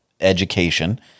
education